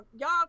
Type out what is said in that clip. y'all